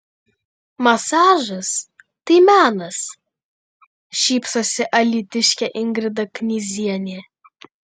masažas tai menas šypsosi alytiškė ingrida knyzienė